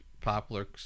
popular